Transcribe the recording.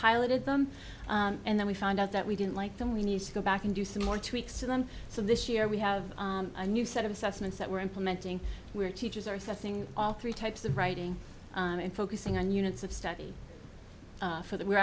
piloted them and then we found out that we didn't like them we need to go back and do some more tweaks to them so this year we have a new set of assessments that we're implementing where teachers are setting all three types of writing and focusing on units of study for that we're